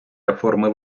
реформи